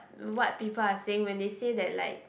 what people are saying when they say that like